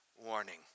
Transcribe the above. warning